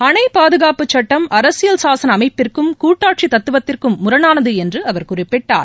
அணை பாதுகாப்பு சட்டம் அரசியல் சாசன அமைப்பிற்கும் கூட்டாட்சி தத்துவதற்கும் முரணானது என்று அவர் குறிப்பிட்டார்